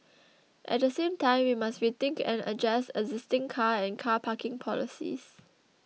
at the same time we must rethink and adjust existing car and car parking policies